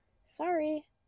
Sorry